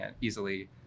easily